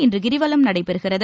இன்று கிரிவலம் நடைபெறுகிறது